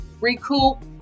recoup